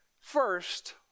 First